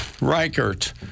Reichert